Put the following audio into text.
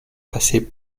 passer